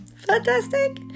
Fantastic